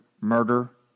murder